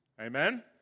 Amen